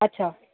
अछा